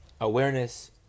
awareness